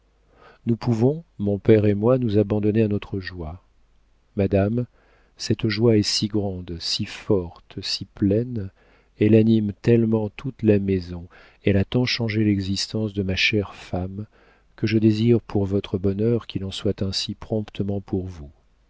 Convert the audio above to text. nous pouvons mon père et moi nous abandonner à notre joie madame cette joie est si grande si forte si pleine elle anime tellement toute la maison elle a tant changé l'existence de ma chère femme que je désire pour votre bonheur qu'il en soit ainsi promptement pour vous